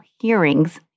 Hearings